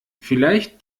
vielleicht